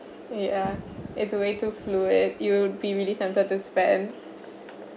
ya it's a way to fluid you'll be really tempted to spend